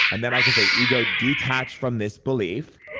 and then i can say, ego, detach from this belief,